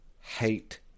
hate